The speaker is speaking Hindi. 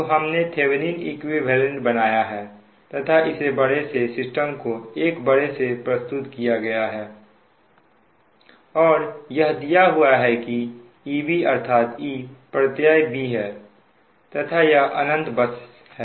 तो हमने थेभनिन इक्विवेलेंट बनाया है तथा इस बड़े से सिस्टम को एक बड़े से प्रस्तुत किया गया है और यह दिया हुआ है कि यह EB अर्थात E प्रत्यय B है तथा यह अनंत बस है